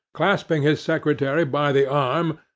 clasping his secretary by the arm,